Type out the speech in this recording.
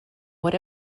would